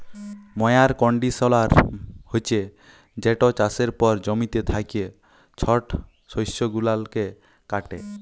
ময়ার কল্ডিশলার হছে যেট চাষের পর জমিতে থ্যাকা ছট শস্য গুলাকে কাটে